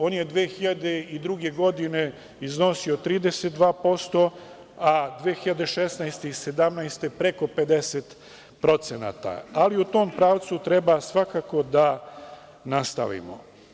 On je 2002. godine iznosio 32%, a 2016. i 2017. godine preko 50%, ali u tom pravcu treba svakako da nastavimo.